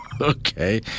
Okay